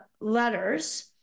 letters